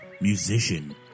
musician